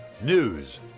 News